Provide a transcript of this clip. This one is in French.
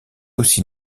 aussi